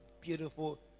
beautiful